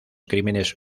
crímenes